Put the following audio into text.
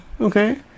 Okay